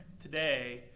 today